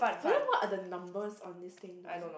but then what are the numbers on this thing though